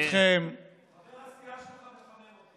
חבר הסיעה שלך מחמם אותי.